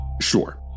Sure